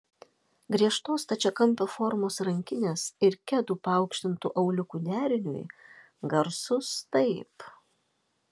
griežtos stačiakampio formos rankinės ir kedų paaukštintu auliuku deriniui garsus taip